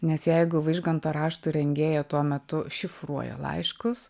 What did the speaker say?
nes jeigu vaižganto raštų rengėja tuo metu šifruoja laiškus